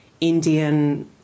Indian